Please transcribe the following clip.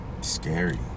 Scary